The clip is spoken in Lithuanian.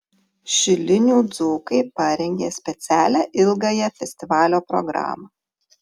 šilinių dzūkai parengė specialią ilgąją festivalio programą